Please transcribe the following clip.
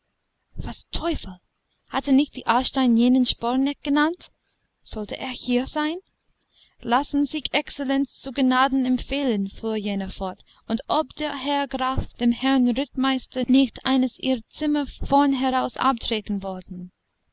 sporeneck was teufel hatte nicht die aarstein jenen sporeneck genannt sollte er hier sein lassen sich exzellenz zu gnaden empfehlen fuhr jener fort und ob der herr graf dem herrn rittmeister nicht eines ihrer zimmer vornheraus abtreten wollten